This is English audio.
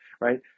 right